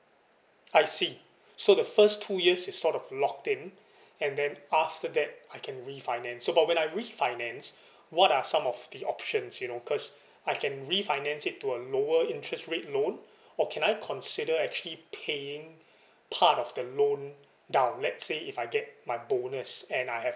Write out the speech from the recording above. I see so the first two years is sort of locked in and then after that I can refinance so but when I refinance what are some of the options you know cause I can refinance it to a lower interest rate loan or can I consider actually paying part of the loan down let's say if I get my bonus and I have